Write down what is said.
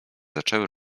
zaczęły